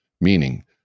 meaning